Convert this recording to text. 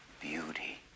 beauty